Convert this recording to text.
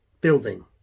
building